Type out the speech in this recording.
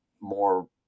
more